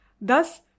Thus